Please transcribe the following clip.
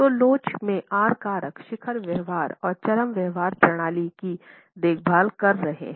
तो लोच में आर कारक शिखर व्यवहार और चरम व्यवहार प्रणाली की देखभाल कर रहे हैं